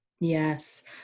Yes